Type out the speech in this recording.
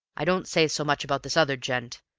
i don't say so much about this other gent,